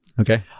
Okay